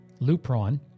Lupron